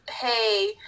Hey